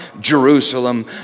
Jerusalem